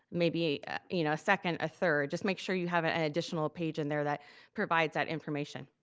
maybe a you know second, a third. just make sure you have an additional page in there that provides that information.